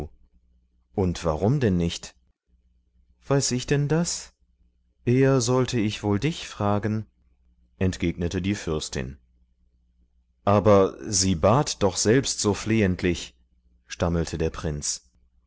und warum denn nicht weiß ich denn das eher sollte ich wohl dich fragen entgegnete die fürstin aber sie bat doch selbst so flehentlich stammelte der prinz